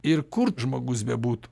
ir kur žmogus bebūtų